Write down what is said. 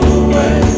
away